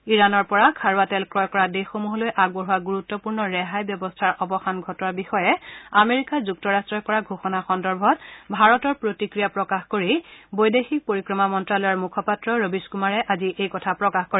ইৰাণৰ পৰা খাৰুৱা তেল ক্ৰয় কৰা দেশসমূহলৈ আগবঢ়োৱা গুৰুত্বপূৰ্ণ ৰেহাইৰ ব্যৱস্থাৰ অৱসান ঘটোৱাৰ বিষয়ে আমেৰিকা যুক্তৰাট্টই কৰা ঘোষণা সন্দৰ্ভত ভাৰতৰ প্ৰতিক্ৰিয়া প্ৰকাশ কৰি বৈদেশিক পৰিক্ৰমা মন্ত্যালয়ৰ মুখপাত্ৰ ৰৱীশ কুমাৰে আজি এইকথা প্ৰকাশ কৰে